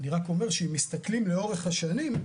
אני רק אומר שאם מסתכלים לאורך השנים,